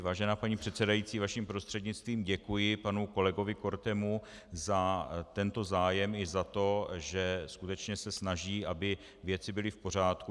Vážená paní předsedající, vaším prostřednictvím děkuji panu kolegu Kortemu za tento zájem i za to, že skutečně se snaží, aby věci byly v pořádku.